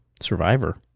Survivor